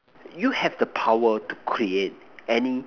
you have the power to create any